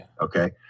Okay